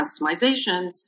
customizations